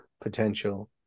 potential